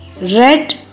red